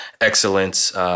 excellence